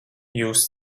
jūs